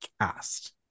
cast